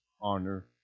honor